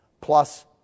plus